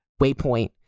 Waypoint